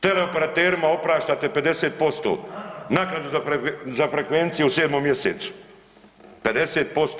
Teleoperaterima opraštate 50% naknadu za frekvenciju u 7. mjesecu 50%